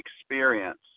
experience